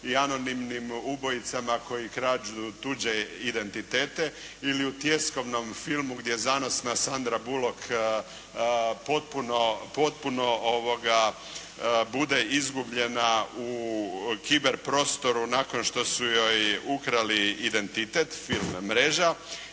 i anonimnim ubojicama koji kradu tuđe identitete ili u tjeskobnom filmu gdje zanosna Sandra Bullock potpuno bude izgubljena u kiber prostoru nakon što su joj ukrali identite, filmna mreža,